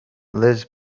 liz